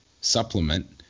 supplement